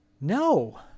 No